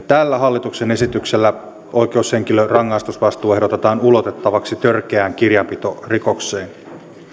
tällä hallituksen esityksellä oikeushenkilön rangaistusvastuu ehdotetaan ulotettavaksi törkeään kirjanpitorikokseen